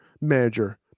manager